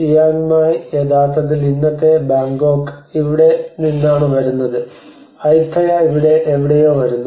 Chiang Mai യഥാർത്ഥത്തിൽ ഇന്നത്തെ Bangkok ഇവിടെ നിന്നാണ് വരുന്നത് ആയുത്തയ ഇവിടെ എവിടെയോ വരുന്നു